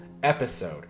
episode